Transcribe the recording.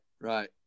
right